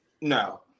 No